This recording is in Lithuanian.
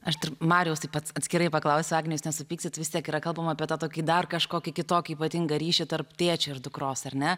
aš mariaus taip at atskirai paklausiau agne jūs nesupyksit vis tiek yra kalbama apie tą tokį dar kažkokį kitokį ypatingą ryšį tarp tėčio ir dukros ar ne